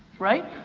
right?